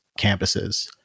campuses